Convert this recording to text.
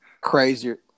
crazier